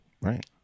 Right